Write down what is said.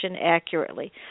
accurately